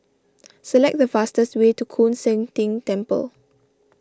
select the fastest way to Koon Seng Ting Temple